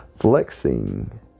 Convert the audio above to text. Flexing